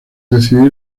decidir